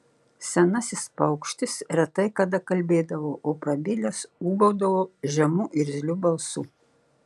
senasis paukštis retai kada kalbėdavo o prabilęs ūbaudavo žemu irzliu balsu